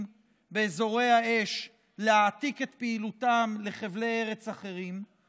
באזורי האש להעתיק את פעילותם לחבלי ארץ אחרים,